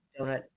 donut